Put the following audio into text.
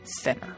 thinner